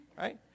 Right